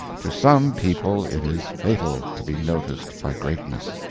to some people it is fatal to be noticed by greatness.